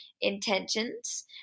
intentions